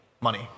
money